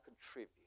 contribute